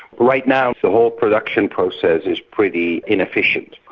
right now the whole production process is pretty inefficient,